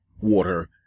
water